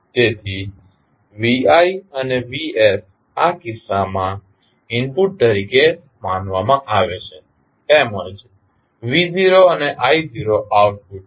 તેથી vi અને vs આ કિસ્સામાં ઇનપુટ તરીકે માનવામાં આવે છે તેમજ v0અને i0 આઉટપુટ છે